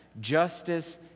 Justice